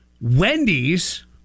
Wendy's